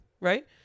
right